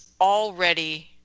already